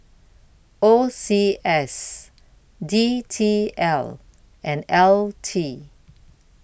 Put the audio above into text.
O C S D T L and L T